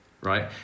right